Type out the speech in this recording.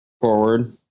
forward